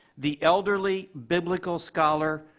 the elderly biblical scholar,